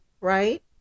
right